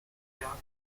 dark